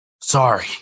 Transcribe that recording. sorry